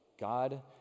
God